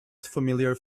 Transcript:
familiar